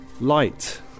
Light